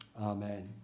Amen